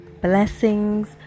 blessings